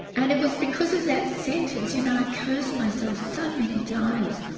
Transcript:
and it was because of that sentence, you know i cursed myself so many times,